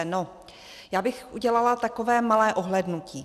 No, já bych udělala takové malé ohlédnutí.